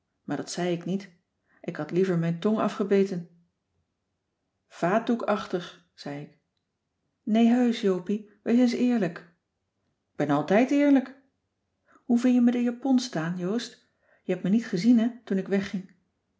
maar dat zei ik niet ik had liever mijn tong afgebeten vaatdoekachtig zei ik nee heusch jopie wees eens eerlijk k ben altijd eerlijk hoe vin je me de japon staan joost je hebt me niet gezien hè toen ik wegging